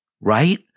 right